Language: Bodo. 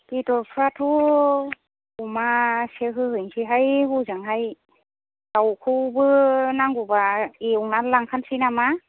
बेदरफ्राथ' अमा सेक होहैसैहाय हजोंहाय दावखौबो नांगौबा एवनानै लांखानोसै नामा